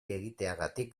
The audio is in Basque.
egiteagatik